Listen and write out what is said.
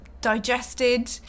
digested